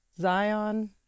Zion